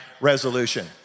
resolution